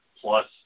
plus